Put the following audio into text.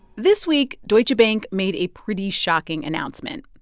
this week, deutsche bank made a pretty shocking announcement.